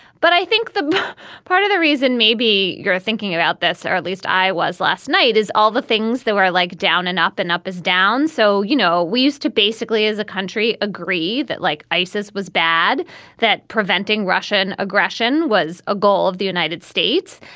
but i think the part of the reason maybe you're thinking about this or at least i was last night is all the things that were like down and up and up is down. so you know we used to basically as a country agree that like isis was bad that preventing russian aggression was a goal of the united states.